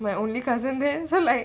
my only cousin then so like